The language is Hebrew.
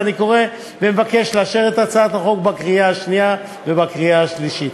ואני קורא ומבקש לאשר את הצעת החוק בקריאה השנייה ובקריאה השלישית.